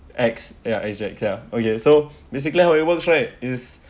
X yeah S_G_X yeah okay so basically how it works right is